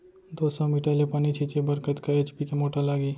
दो सौ मीटर ले पानी छिंचे बर कतका एच.पी के मोटर लागही?